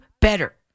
better